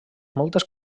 moltes